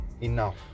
enough